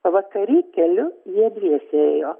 pavakary keliu jie dviese ėjo